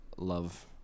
love